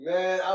Man